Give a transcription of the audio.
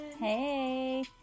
Hey